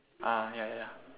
ah ya ya ya